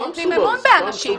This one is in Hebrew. אנחנו נותנים אמון באנשים,